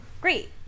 great